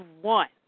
one